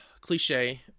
cliche